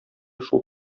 шул